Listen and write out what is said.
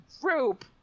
group